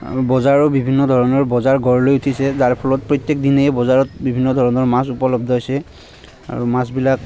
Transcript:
আৰু বজাৰো বিভিন্ন ধৰণৰ বজাৰ গঢ় লৈ উঠিছে যাৰ ফলত প্ৰত্যেক দিনাই বজাৰত বিভিন্ন ধৰণৰ মাছ উপলব্ধ হৈছে আৰু মাছবিলাক